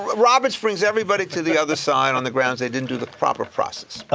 roberts brings everybody to the other side, on the grounds they didn't do the proper process,